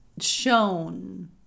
shown